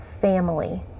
family